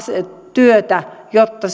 työtä jotta